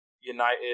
United